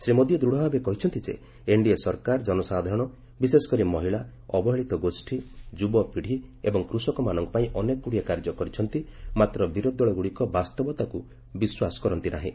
ଶ୍ରୀ ମୋଦି ଦୂଢ଼ ଭାବେ କହିଛନ୍ତି ଯେ ଏନ୍ଡିଏ ସରକାର ଜନସାଧାରଣ ବିଶେଷକରି ମହିଳା ଅବହେଳିତ ଗୋଷୀ ଯୁବପିଡ଼ି ଏବଂ କୃଷକମାନଙ୍କ ପାଇଁ ଅନେକଗୁଡ଼ିଏ କାର୍ଯ୍ୟ କରିଛନ୍ତି ମାତ୍ର ବିରୋଧୀ ଦଳଗୁଡ଼ିକ ବାସ୍ତବତାକୁ ବିଶ୍ୱାସ କରନ୍ତି ନାହିଁ